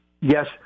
yes